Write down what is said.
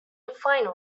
final